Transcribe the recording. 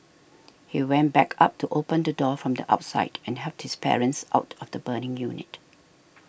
he went back up to open the door from the outside and helped his parents out of the burning unit